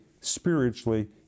spiritually